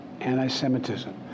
anti-Semitism